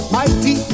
mighty